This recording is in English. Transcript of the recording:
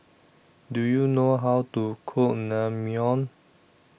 Do YOU know How to Cook Naengmyeon